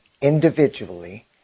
individually